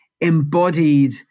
embodied